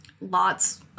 lots